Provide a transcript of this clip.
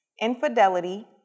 infidelity